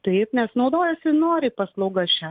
taip nes naudojasi noriai paslauga šia